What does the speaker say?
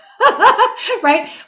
right